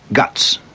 guts.